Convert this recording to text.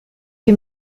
che